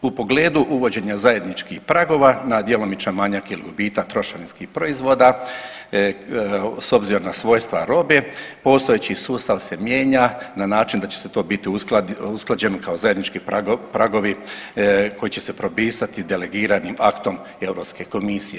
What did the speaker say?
U pogledu uvođenja zajedničkih pragova na djelomičan manjak ili gubitak trošarinskih proizvoda s obzirom na svojstva robe postojeći sustav se mijenja na način da će to biti usklađeno kao zajednički pragovi koji će se propisati delegiranim aktom Europske komisije.